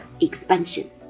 expansion